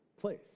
place